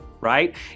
right